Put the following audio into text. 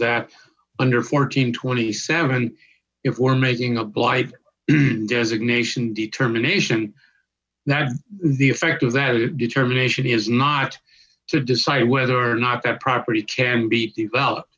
that under fourteen twenty seven if we're making a blight designation determination that the effect of that determination is not to decide whether or not that property can be developed